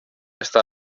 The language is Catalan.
estat